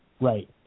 right